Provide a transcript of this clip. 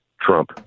Trump